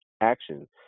action